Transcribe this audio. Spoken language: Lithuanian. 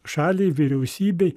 šaliai vyriausybei